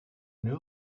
new